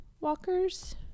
walkers